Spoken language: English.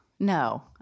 No